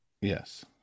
Yes